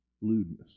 Lewdness